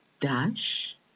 dash